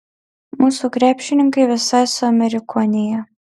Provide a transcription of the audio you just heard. mūsų krepšininkai visai suamerikonėja